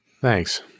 thanks